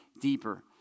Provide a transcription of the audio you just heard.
deeper